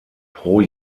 pro